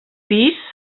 pis